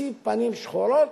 חצי פנים שחורות,